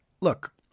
look